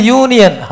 union